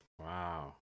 wow